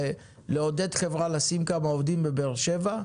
מלעודד חברה לשים כמה עובדים בבאר שבע,